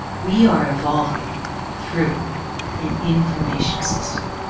we are evolving through an information system.